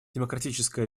демократическая